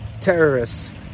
terrorists